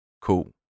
Cool